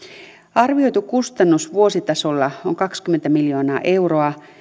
arvioitu kustannus vuositasolla on kaksikymmentä miljoonaa euroa